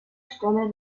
stelle